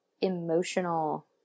emotional